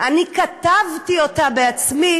כתבתי אותה בעצמי